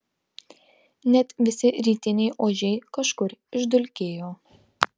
net visi rytiniai ožiai kažkur išdulkėjo